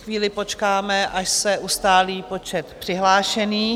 Chvíli počkáme, až se ustálí počet přihlášených.